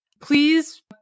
please